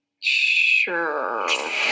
Sure